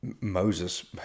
Moses